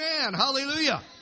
Hallelujah